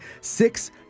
Six